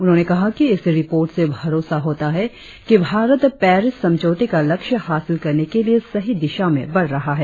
उन्होंने कहा कि इस रिपोर्ट से भरोसा होता है कि भारत पैरिस समझौते का लक्ष्य हासिल करने के लिए सही दिशा में बढ़ रहा है